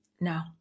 No